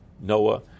Noah